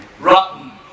Rotten